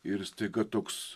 ir staiga toks